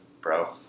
bro